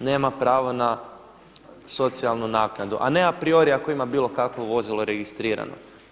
nema pravo na socijalnu naknadu, a ne a priori ako ima bilo kakvo vozilo registrirano.